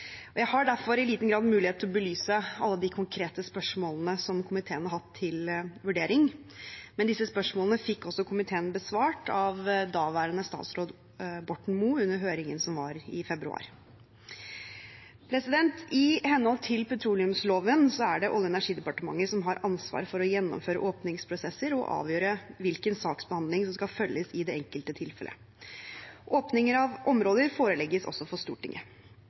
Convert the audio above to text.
og konstitusjonskomiteen. Jeg har derfor i liten grad mulighet til å belyse alle de konkrete spørsmålene som komiteen har hatt til vurdering, men disse spørsmålene fikk også komiteen besvart av daværende statsråd, Ola Borten Moe, under høringen som var i februar. I henhold til petroleumsloven er det Olje- og energidepartementet som har ansvaret for å gjennomføre åpningsprosesser og avgjøre hvilken saksbehandling som skal følges i det enkelte tilfellet. Åpninger av områder forelegges også for Stortinget.